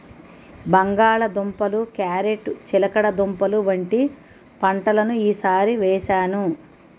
బంగాళ దుంపలు, క్యారేట్ చిలకడదుంపలు వంటి పంటలను ఈ సారి వేసాను